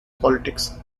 politics